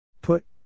Put